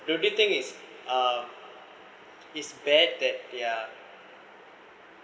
the only thing is uh is bad that ya